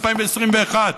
2021,